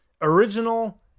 original